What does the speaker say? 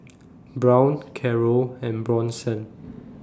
Brown Carroll and Bronson